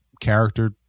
character